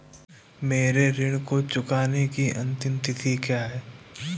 मेरे ऋण को चुकाने की अंतिम तिथि क्या है?